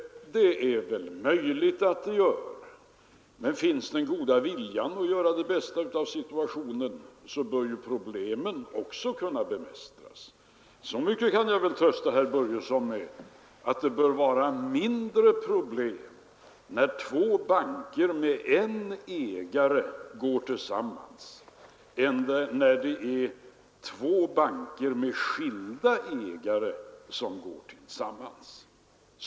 Det är möjligt att den gör det, men finns den goda viljan att göra det bästa av situationen bör problemen också kunna bemästras. Jag kan trösta herr Börjesson med att det bör vara mindre problem när två banker med en ägare går tillsammans än när två banker med skilda ägare går tillsammans.